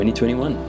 2021